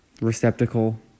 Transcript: receptacle